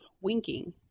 Winking